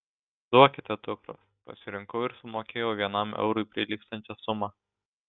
duokite dukros pasirinkau ir sumokėjau vienam eurui prilygstančią sumą